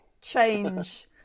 change